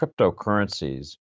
cryptocurrencies